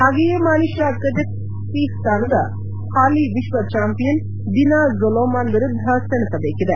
ಹಾಗೆಯೇ ಮಾನಿಶಾ ಕಜಕಿಸ್ತಾನದ ಹಾಲಿ ವಿಶ್ವ ಚಾಂಪಿಯನ್ ದಿನಾ ಝೊಲಾಮನ್ ವಿರುದ್ದ ಸೆಣಸಬೇಕಿದೆ